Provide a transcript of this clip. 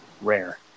rare